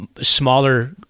smaller